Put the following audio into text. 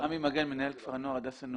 עמי מגן, מנהל כפר הנוער הדסה נעורים.